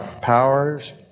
powers